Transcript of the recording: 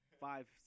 five